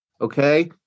Okay